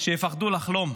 שיפחדו לחלום,